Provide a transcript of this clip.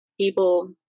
people